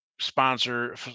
sponsor